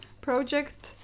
project